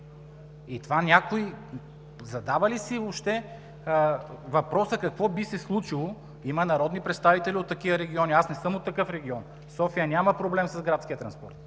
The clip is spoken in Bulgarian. Някой задава ли си въобще въпроса какво би се случило – има народни представители от такива региони, аз не съм от такъв регион? София няма проблем с градския транспорт